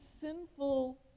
sinful